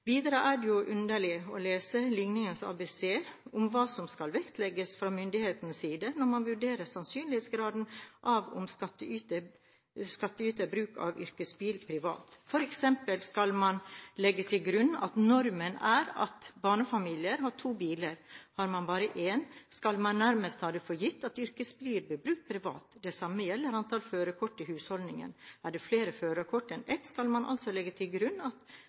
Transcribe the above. Videre er det underlig å lese Lignings-ABC om hva som skal vektlegges fra myndighetenes side når man vurderer sannsynlighetsgraden av om skattyter bruker yrkesbil privat. For eksempel skal man legge til grunn at norske barnefamilier har to biler. Har man bare én, skal man nærmest ta det for gitt at yrkesbil blir brukt privat. Det samme gjelder antall førerkort i husholdningen. Er det flere førerkort enn ett, skal man altså legge til grunn at